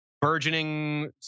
burgeoning